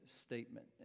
statement